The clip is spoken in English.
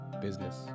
Business